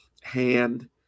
hand